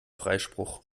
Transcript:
freispruch